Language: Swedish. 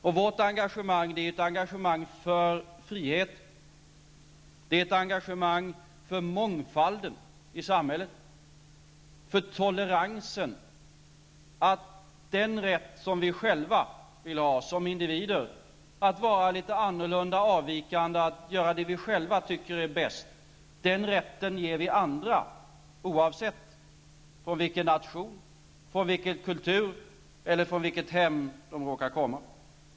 Och vårt engagemang är ett engagemang för frihet, för mångfald i samhället, för tolerans, och för att den rätt som vi själva vill ha som individer att vara litet annorlunda, avvikande och att göra det som vi själva tycker är bäst, den rätten skall vi ge andra oavsett från vilken nation, från vilken kultur eller från vilket hem människor råkar komma.